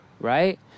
Right